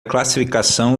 classificação